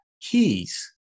keys